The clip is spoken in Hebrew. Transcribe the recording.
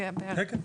בערך.